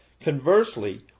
Conversely